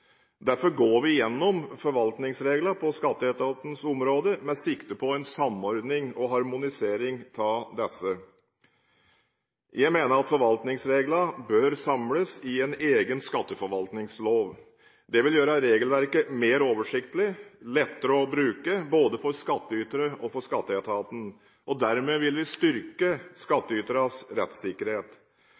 Derfor går vi gjennom forvaltningsreglene på skatteetatens område med sikte på en samordning og harmonisering av disse. Jeg mener at forvaltningsreglene bør samles i en egen skatteforvaltningslov. Det vil gjøre regelverket mer oversiktlig, lettere å bruke både for skatteytere og for skatteetaten, og dermed vil vi styrke skatteyternes rettssikkerhet.